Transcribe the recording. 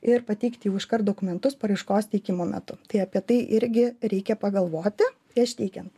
ir pateikt jau iškart dokumentus paraiškos teikimo metu tai apie tai irgi reikia pagalvoti prieš teikiant